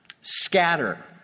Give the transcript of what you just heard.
scatter